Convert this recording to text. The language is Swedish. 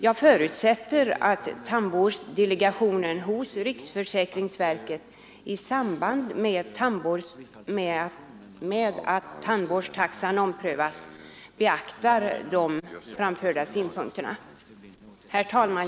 Jag förutsätter att tandvårdsdelegationen hos riksförsäkringsverket i samband med att tandvårdstaxan omprövas beaktar de framförda synpunkterna. Herr talman!